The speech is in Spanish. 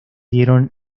dieron